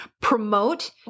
promote